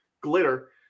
glitter